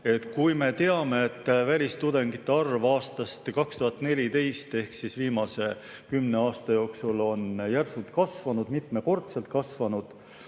kui me teame, et välistudengite arv on aastast 2014 ehk viimase kümne aasta jooksul järsult kasvanud, mitmekordselt kasvanud,